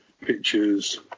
pictures